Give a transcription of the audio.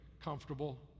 comfortable